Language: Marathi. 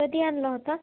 कधी आणला होता